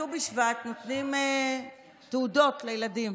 בט"ו בשבט נותנים תעודות לילדים.